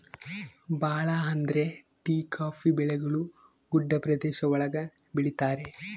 ಭಾಳ ಅಂದ್ರೆ tea coffee ಬೆಳೆಗಳು ಗುಡ್ಡ ಪ್ರದೇಶ ಒಳಗ ಬೆಳಿತರೆ